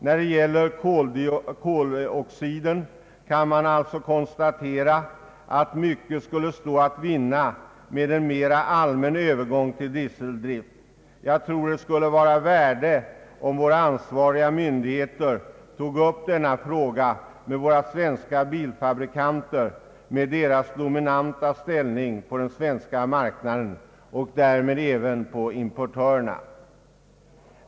När det gäller koloxiden kan man alltså konstatera, att mycket skulle stå att vinna med en mera allmän övergång till dieseldrift. Jag tror att det skulle vara av värde om de ansvariga myndigheterna tog upp denna fråga med våra svenska bilfabrikanter, som har en dominant ställning på den svenska marknaden, och även med importörerna.